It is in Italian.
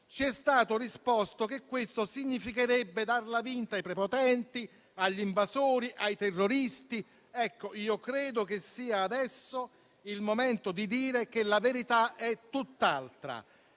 ci è stato risposto che questo significherebbe darla vinta ai prepotenti, agli invasori, ai terroristi. Io credo che adesso sia il momento di dire che la verità è tutt'altra: